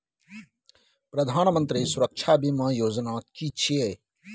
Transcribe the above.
प्रधानमंत्री सुरक्षा बीमा योजना कि छिए?